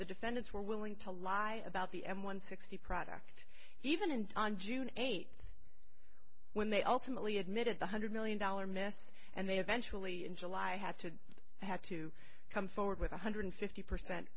the defendants were willing to lie about the m one sixty product even and on june eighth when they ultimately admitted one hundred million dollar mess and they eventually in july have to have to come forward with one hundred fifty percent